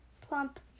plump